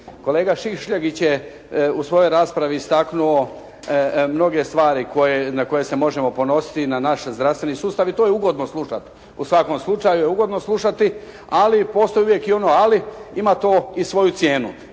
Kolega Šišljagić je u svojoj raspravi istaknuo mnoge stvari na koje se možemo ponositi i na naš zdravstveni sustav i to je ugodno slušati, u svakom slučaju je ugodno slušati ali postoji uvijek i ono ali, ima to i svoju cijenu.